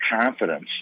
confidence